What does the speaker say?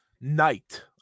night